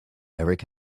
erik